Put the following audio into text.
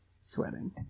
sweating